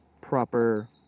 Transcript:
proper